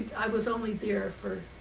i was only there for